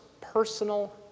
personal